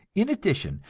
in addition,